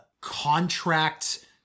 contract